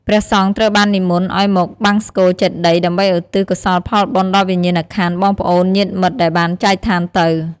ព្រះសង្ឃត្រូវបាននិមន្តឲ្យមកបង្សុកូលចេតិយ ដើម្បីឧទ្ទិសកុសលផលបុណ្យដល់វិញ្ញាណក្ខន្ធបងប្អូនញាតិមិត្តដែលបានចែកឋានទៅ។